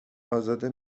ازاده